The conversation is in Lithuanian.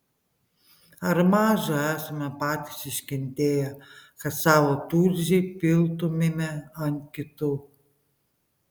ar maža esame patys iškentėję kad savo tulžį piltumėme ant kitų